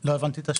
לא הבנתי את השאלה.